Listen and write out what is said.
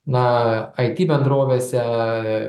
na it bendrovėse